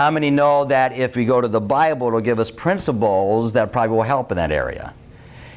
how many know that if you go to the bible it will give us principles that probably will help in that area